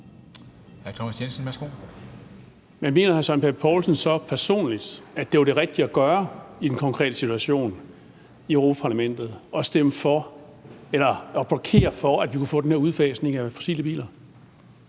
Men mener hr. Søren Pape Poulsen så personligt, at det var det rigtige at gøre i den konkrete situation i Europa-Parlamentet, altså at blokere for, at vi kunne få den her udfasning af fossile biler?